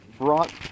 brought